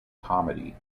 comedy